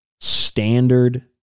standard